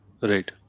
Right